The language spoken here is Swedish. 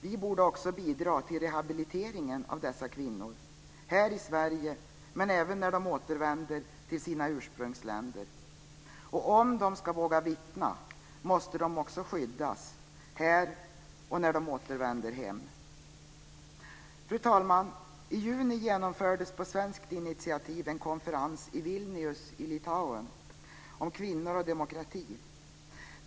Vi borde också bidra till rehabiliteringen av dessa kvinnor här i Sverige, men även när de återvänder till sina ursprungsländer. Om de ska våga vittna måste de också skyddas här och när de återvänder hem. Fru talman! I juni genomfördes på svenskt initiativ en konferens i Vilnius i Litauen om kvinnor och demokrati.